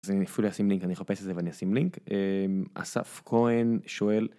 אני אפילו אחפש את זה ואני אשים לינק, אסף כהן שואל.